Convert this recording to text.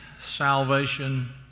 salvation